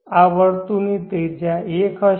આ વર્તુળની ત્રિજ્યા 1 હશે